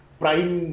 prime